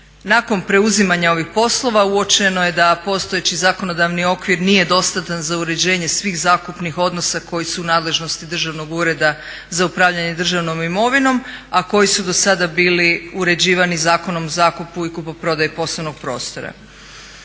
Nakon preuzimanja ovih poslova uočeno je da postojeći zakonodavni okvir nije dostatan za uređenje svih zakupnih odnosa koji su u nadležnosti Državnog ureda za upravljanje državnom imovinom, a koji su do sada bili uređivani Zakonom o zakupu i kupoprodaji poslovnog prostora.